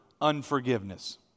unforgiveness